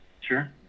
sure